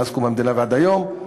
מאז קום המדינה ועד היום,